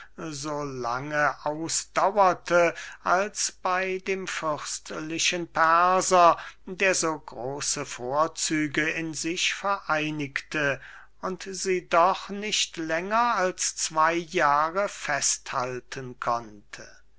so lange ausdauerte als bey dem fürstlichen perser der so große vorzüge in sich vereinigte und sie doch nicht länger als zwey jahre fest halten konnte